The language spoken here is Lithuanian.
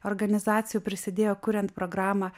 organizacijų prisidėjo kuriant programą